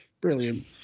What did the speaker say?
Brilliant